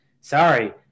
Sorry